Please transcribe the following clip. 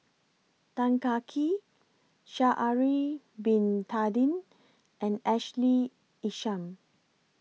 Tan Kah Kee Sha'Ari Bin Tadin and Ashley Isham